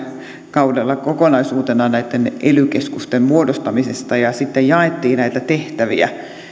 kaudella kokonaisuutena näitten ely keskusten muodostamisesta ja sitten jaettiin näitä tehtäviä